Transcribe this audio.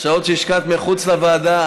השעות שהשקעת מחוץ לוועדה,